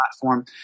platform